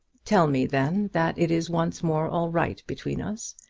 tell me, then, that it is once more all right between us.